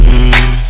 Mmm